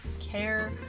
care